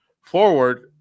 forward